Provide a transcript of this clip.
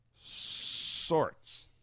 sorts